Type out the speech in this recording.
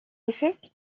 effet